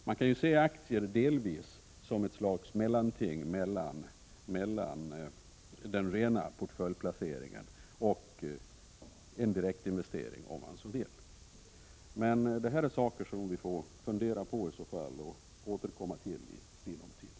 Man kan delvis se aktier som ett slags mellanting mellan en ren portföljplacering och en direktinvestering. Det är frågor som vi i så fall får fundera på och återkomma till i sinom tid.